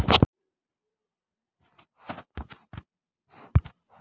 मकईया लगी करिकी मिट्टियां अच्छा होतई